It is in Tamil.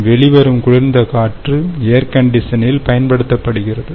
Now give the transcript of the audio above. பின் வெளிவரும் குளிர்ந்த காற்று ஏர்கண்டிஷனில் பயன்படுத்தப்படுகிறது